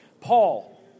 Paul